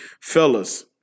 fellas